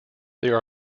there